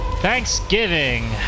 Thanksgiving